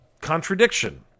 contradiction